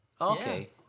Okay